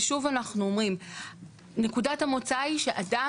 ושוב אנחנו אומרים שנקודת המוצא היא שאדם